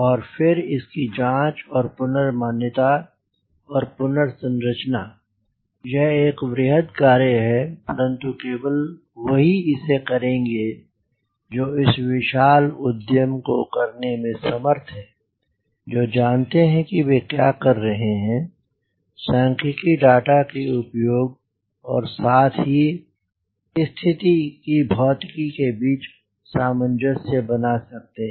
और फिर इसकी जाँच और पुनर्मान्यता और पुनर्संरचना यह एक वृहद् कार्य है परन्तु केवल वही इसे करेंगे जो इस विशाल उद्यम को करने में समर्थ हैं जो जानते हैं कि वे क्या कर रहे हैं सांख्यिकी डाटा के उपयोग और साथ ही स्थिति की भौतिकी के बीच सामंजस्य बना सकते हैं